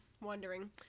Wondering